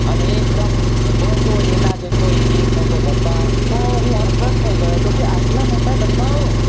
અને એકદમ બસ હોય એના જેટલો એક એક મોટો ડબ્બા તો હું અતપ્રત થઈ ગયો તો કે આટલા મોટા ડબ્બાઓ